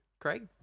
Craig